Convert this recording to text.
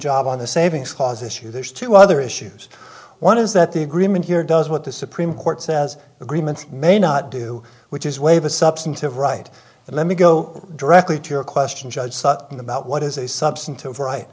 job on the savings cause issue there's two other issues one is that the agreement here does what the supreme court says agreements may not do which is waive a substantive right but let me go directly to your question judge sutton about what is a substantive right